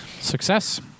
Success